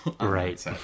Right